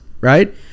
right